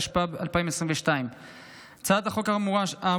התשפ"ב 2022. הצעת החוק האמורה,